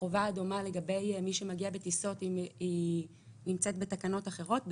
החובה הדומה לגבי מי שמגיע בטיסות נמצאת בתקנות אחרות,